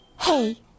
Hey